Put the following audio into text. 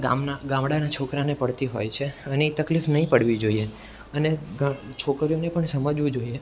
ગામના ગામડાના છોકરાને પડતી હોય છે અને એ તકલીફ નહીં પડવી જોઈએ અને છોકરીઓને પણ સમજવું જોઈએ